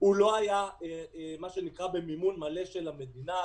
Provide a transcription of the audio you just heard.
הוא לא היה במימון מלא של המדינה,